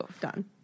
Done